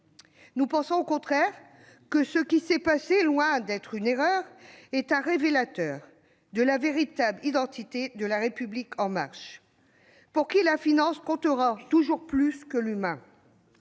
Nous pensons, au contraire, que, ce qui s'est passé, loin d'être une « erreur », est un « révélateur » de la véritable identité de La République En Marche, pour qui la finance comptera toujours plus que l'humain.